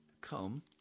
come